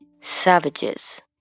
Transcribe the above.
Savages